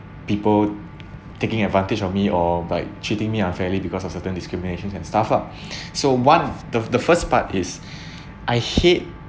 people taking advantage of me or by treating me unfairly because of certain discriminations and stuff ah so one the the first part is I hate